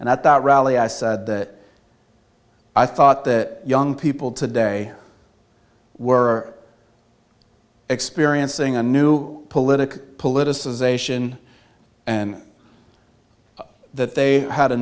and at that rally i said that i thought that young people today were experiencing a new political politicization and that they had a